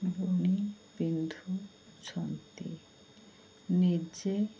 ବୁଣି ପିନ୍ଧୁଛନ୍ତି ନିଜେ